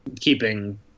keeping